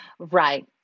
Right